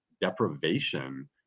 deprivation